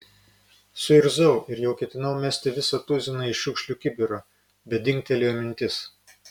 suirzau ir jau ketinau mesti visą tuziną į šiukšlių kibirą bet dingtelėjo mintis